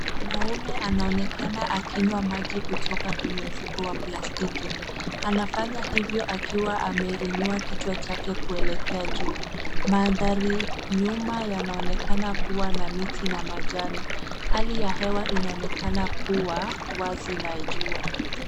Mwanaume anaonekana akinywa maji kutoka kwenye mfuko wa plastiki. Anafanya hivyo akiwa ameinua kichwa chake kuelekea juu. Mandhari nyuma yanaonekana kuwa na miti na majani. Hali ya hewa inaonekana kuwa wazi na jua.